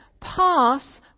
pass